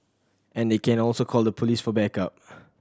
and they can also call the police for backup